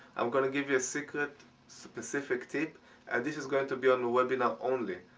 i'm going to give you a secret specific tip and this is going to be on the webinar only.